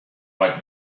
right